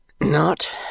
Not